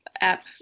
app